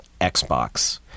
Xbox